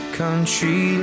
country